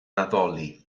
addoli